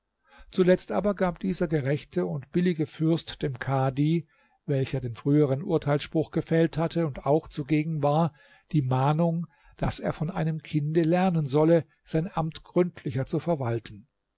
zuletzt aber gab dieser gerechte und billige fürst dem kadhi welcher den früheren urteilsspruch gefällt hatte und auch zugegen war die mahnung daß er von einem kinde lernen solle sein amt gründlicher zu verwalten